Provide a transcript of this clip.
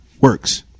works